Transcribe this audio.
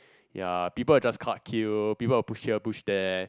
ya people will just cut queue people will just push here push there